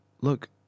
look